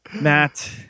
Matt